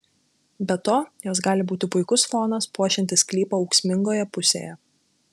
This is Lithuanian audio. be to jos gali būti puikus fonas puošiantis sklypą ūksmingoje pusėje